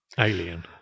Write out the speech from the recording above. Alien